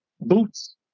Boots